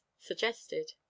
suggested